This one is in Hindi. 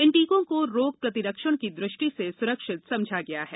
इन टीकों को रोग प्रतिरक्षण की दृष्टि से सुरक्षित समझा गया है